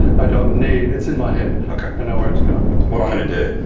i don't need, it's in my head. okay. i know where it's going. what i'm going to do,